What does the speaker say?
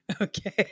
Okay